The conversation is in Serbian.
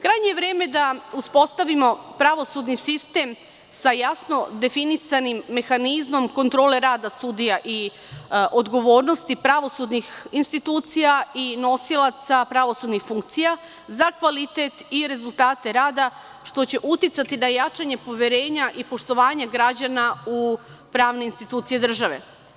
Krajnje je vreme da uspostavimo pravosudni sistem sa jasno definisanim mehanizmom kontrole rada sudija i odgovornosti pravosudnih institucija i nosilaca pravosudnih funkcija za kvalitet i rezultate rada, što će uticati na jačanje poverenja i poštovanja građana u pravne institucije države.